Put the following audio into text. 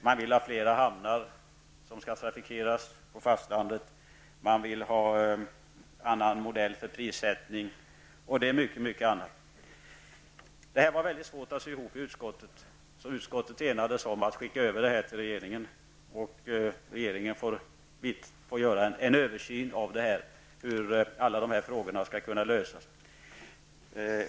Man vill ha fler hamnar på fastlandet som skall trafikeras, man vill ha en annan modell för prissättning, och mycket annat. Detta var mycket svårt att sy ihop i utskottet, och utskottet enades om att skicka över ärendet till regeringen, som får göra en översyn av hur alla dessa frågor skall kunna lösas.